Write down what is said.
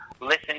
Listen